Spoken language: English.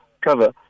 cover